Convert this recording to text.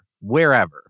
wherever